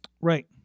Right